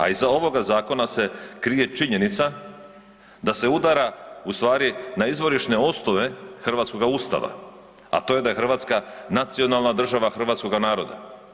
A iza ovoga zakona se krije činjenica da se udara na izvorišne osnove hrvatskoga Ustava, a to je Hrvatska nacionalna država hrvatskoga naroda.